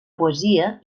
poesia